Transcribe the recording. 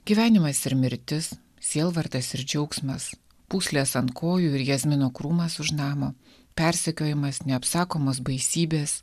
gyvenimais ir mirtis sielvartas ir džiaugsmas pūslės ant kojų ir jazmino krūmas už namo persekiojimas neapsakomos baisybės